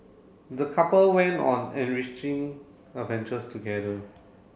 the couple went on enriching adventures together